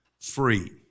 free